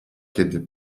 kiedy